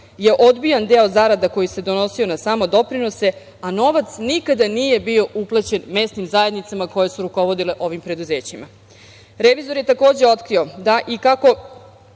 je odbijan deo zarada koji se donosio na samodoprinose, a novac nikada nije bio uplaćen mesnim zajednicama koje su rukovodile ovim preduzećima. Revizor je, takođe, otkrio kako